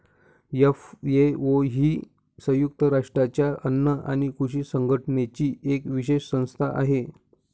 FAO ही संयुक्त राष्ट्रांच्या अन्न आणि कृषी संघटनेची एक विशेष संस्था आहे